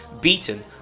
beaten